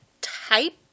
type